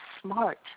smart